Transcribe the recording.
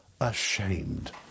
ashamed